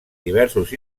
diversos